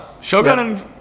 Shogun